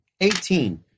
Eighteen